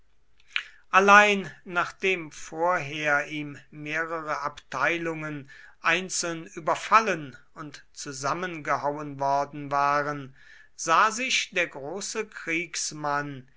allein nachdem vorher ihm mehrere abteilungen einzeln überfallen und zusammengehauen worden waren sah sich der große kriegsmann